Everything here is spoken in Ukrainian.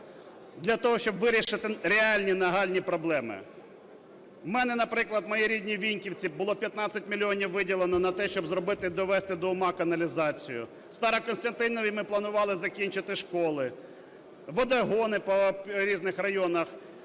для того, щоб вирішити реальні нагальні проблеми. В мене, наприклад, у моїх рідних Віньківцях було 15 мільйонів виділено на те, щоб зробити, довести до ума каналізацію. У Старокостянтинові ми планували закінчити школи. Водогони по різних районах,